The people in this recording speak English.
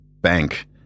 Bank